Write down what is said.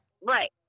Right